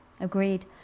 agreed